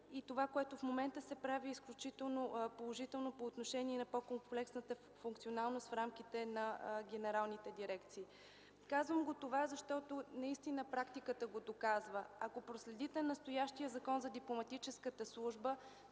и това, което в момента се прави, е изключително положително по отношение на по-комплексната функционалност в рамките на генералните дирекции. Казвам това, защото наистина практиката го доказва. Ако проследите настоящия Закон за дипломатическата служба